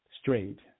straight